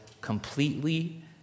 completely